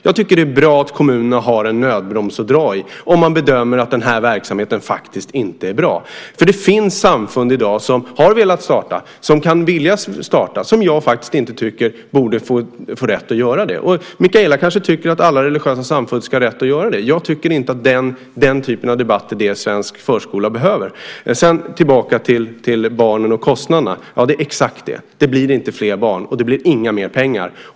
Jag tycker att det är bra att kommunerna har en nödbroms att dra i om de bedömer att verksamheten inte är bra. Det finns samfund i dag som velat starta, och som kan vilja starta, dessa förskolor, samfund som jag faktiskt inte tycker borde få rätt att göra det. Mikaela kanske tycker att alla religiösa samfund ska ha rätt att göra det. Jag tycker inte att det är den typen av debatt som svensk förskola behöver. Låt mig återgå till frågan om barnen och kostnaderna. Ja, det är exakt så; det blir inte fler barn och det blir inte mer pengar.